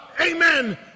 amen